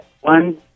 one